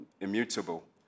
immutable